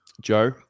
Joe